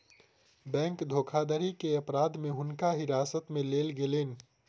bank धोखाधड़ी के अपराध में हुनका हिरासत में लेल गेलैन